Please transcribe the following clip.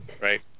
Right